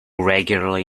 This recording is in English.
regularly